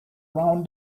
round